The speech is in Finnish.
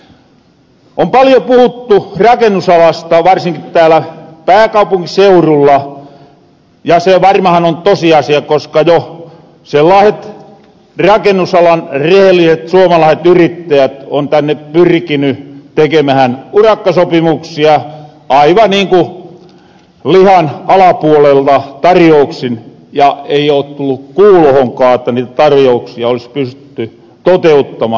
on paljo puhuttu rakennusalasta varsinkin täällä pääkaupunkiseurulla ja se varmahan on tosiasia koska jo sellaaset rakennusalan rehelliset suomalaiset yrittäjät on tänne pyrkiny tekemähän urakkasopimuksia aivan niinku lihan alapuolella tarjouksin ja ei oo tullu kuulohonkaa että niitä tarjouksia olis pystytty toteuttamaan